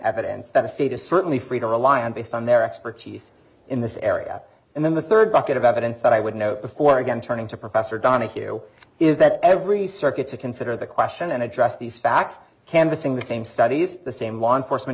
evidence that the state is certainly free to rely on based on their expertise in this area and then the third bucket of evidence that i would note before again turning to professor donahue is that every circuit to consider the question and address these facts canvassing the same studies the same law enforcement